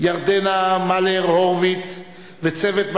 חוק ומשפט על רצונה להחיל דין רציפות על הצעת חוק הנוער (שפיטה,